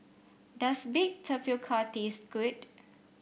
does bake tapioca taste good